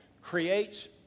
creates